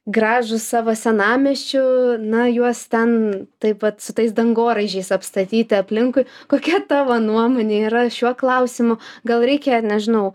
gražūs savo senamiesčiu na juos ten taip vat su tais dangoraižiais apstatyti aplinkui kokia tavo nuomonė yra šiuo klausimu gal reikia nežinau